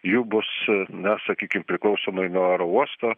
jų bus su na sakykim priklausomai nuo oro uosto